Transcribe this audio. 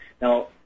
Now